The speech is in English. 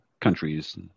countries